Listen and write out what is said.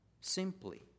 simply